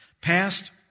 Past